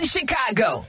Chicago